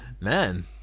Man